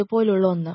ഇതുപോലുള്ള ഒന്ന്